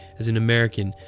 as an american,